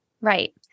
Right